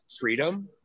freedom